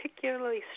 particularly